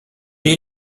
est